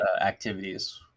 activities